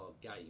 game